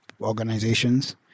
organizations